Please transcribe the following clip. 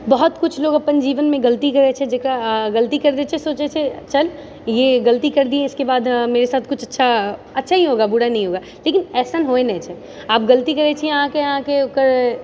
बहुत किछु लोक अपन जीवनमे गलती करए छै जकरा गलती करि दए छै सोचए छै चल गलती कर दिए इसके बाद मेरे साथ अच्छा ही होगा कुछ बुरा नहीं होगा लेकिन ऐसा होइ नहि छै अब गलती करए छी अहाँकेँ ओकर